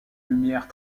lumière